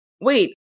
wait